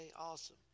Awesome